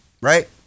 right